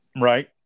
right